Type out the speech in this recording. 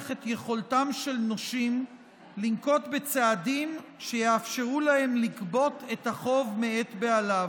את יכולתם של נושים לנקוט צעדים שיאפשרו להם לגבות את החוב מאת בעליו.